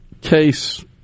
case